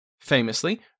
Famously